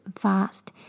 vast